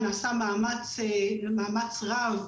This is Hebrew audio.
נעשה מאמץ רב,